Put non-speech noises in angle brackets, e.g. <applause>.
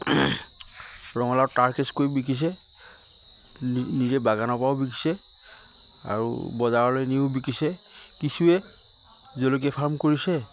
ৰঙালাও <unintelligible> কৰি বিকিছে নিজে বাগানৰ পৰাও বিকিছে আৰু বজাৰলে নিউ বিকিছে কিছুৱে জলকীয়া ফাৰ্ম কৰিছে